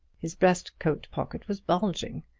his breast coat pocket was bulging.